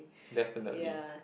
definitely